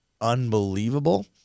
unbelievable